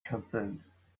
consents